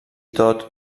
tot